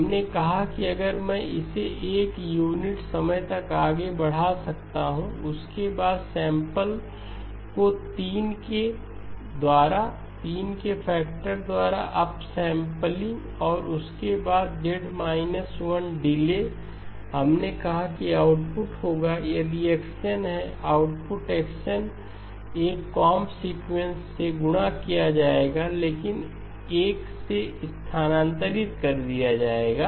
हमने कहा कि अगर मैं इसे 1 यूनिट समय तक आगे बढ़ा सकता हूं उसके बाद सैंपल को 3 के द्वारा 3 के फैक्टर के द्वारा अप सैंपलिंग और उसके बाद z−1 डीले हमने कहा कि आउटपुट होगा यदि यह x n है आउटपुट x n एक कोंब सीक्वेंस से गुणा किया जाएगा लेकिन 1 से स्थानांतरित कर दिया जाएगा